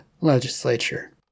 legislature